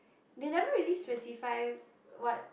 they never really specify what